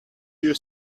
you